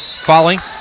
Falling